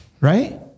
Right